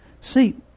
See